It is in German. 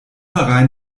herein